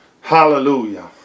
Hallelujah